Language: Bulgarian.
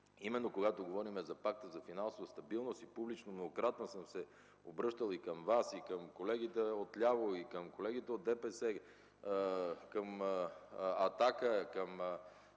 именно когато говорим за Пакта за финансова стабилност (публично многократно съм се обръщал и към Вас, и към колегите отляво, и към колегите от ДПС, към „Атака”, към